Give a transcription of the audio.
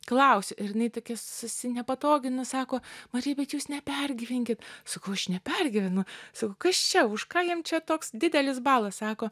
klausiu ir jinai tokia susinepatoginus sako marija bet jūs nepergyvenkit sakau aš nepergyvenu sakau kas čia už ką jam čia toks didelis balas sako